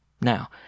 Now